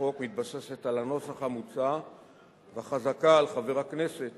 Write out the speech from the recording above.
החוק מתבססת על הנוסח המוצע וחזקה על חבר הכנסת